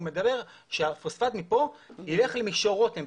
הוא מדבר שהפוספט מפה יילך למישור רותם,